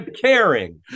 caring